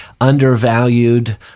undervalued